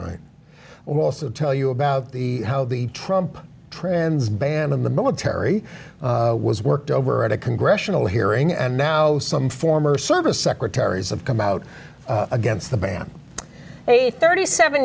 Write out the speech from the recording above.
right also tell you about the how the trump trends banned in the military was worked over at a congressional hearing and now some former service secretaries of come out against the ban a thirty seven